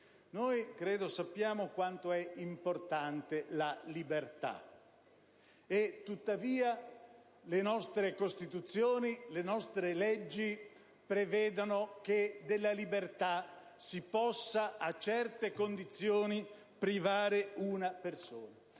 persone: sappiamo tutti quanto sia importante la libertà; tuttavia, le nostre Costituzioni e le nostre leggi prevedono che della libertà si possa, a certe condizioni, privare una persona.